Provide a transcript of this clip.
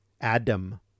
Adam